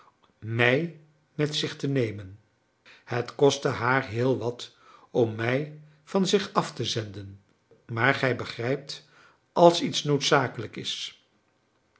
mij met zich te nemen het kostte haar heelwat om mij van zich af te zenden maar gij begrijpt als iets noodzakelijk is